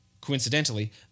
Coincidentally